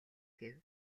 гэв